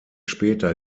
später